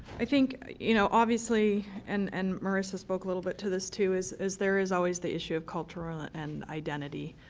i think you know obviously, and and morrisa spoke a little bit to this too, is is there is always the issue of culture ah ah and identity.